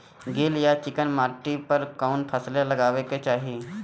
गील या चिकन माटी पर कउन फसल लगावे के चाही?